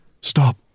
Stop